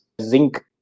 Zinc